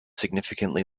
significantly